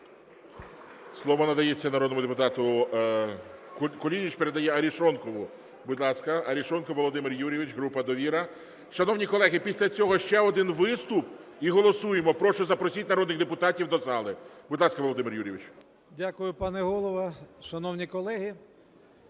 Слово надається народному депутату… Кулініч передає Арешонкову. Будь ласка, Арешонков Володимир Юрійович, група "Довіра". Шановні колеги, після цього ще один виступ і голосуємо. Прошу, запросіть народних депутатів до зали. Будь ласка, Володимир Юрійович. 13:00:45 АРЕШОНКОВ В.Ю. Дякую, пане Голово. Шановні колеги,